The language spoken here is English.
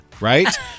right